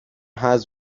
has